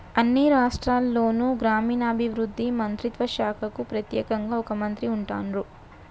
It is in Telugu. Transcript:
అన్ని రాష్ట్రాల్లోనూ గ్రామీణాభివృద్ధి మంత్రిత్వ శాఖకు ప్రెత్యేకంగా ఒక మంత్రి ఉంటాన్రు